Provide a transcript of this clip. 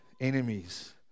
enemies